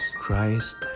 Christ